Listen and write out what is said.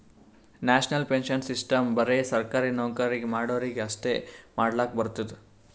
national pension system ಬರೆ ಸರ್ಕಾರಿ ನೌಕರಿ ಮಾಡೋರಿಗಿ ಅಷ್ಟೇ ಮಾಡ್ಲಕ್ ಬರ್ತುದ್